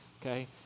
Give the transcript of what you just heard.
okay